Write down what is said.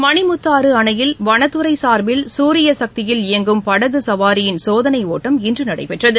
மணிமுத்தாறு அணையில் வனத்துறை சார்பில் சூரிய சக்தியில் இயங்கும் படகு சவாரியின் சோதனை ஒட்டம் இன்று நடைபெற்றது